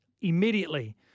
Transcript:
immediately